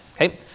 okay